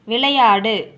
விளையாடு